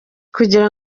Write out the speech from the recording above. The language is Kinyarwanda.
kugira